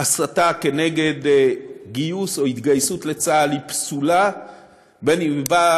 הסתה כנגד גיוס או התגייסות לצה"ל היא פסולה,